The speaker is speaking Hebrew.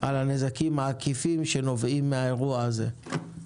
הנזקים העקיפים שנובעים מהאירוע הזה?